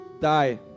die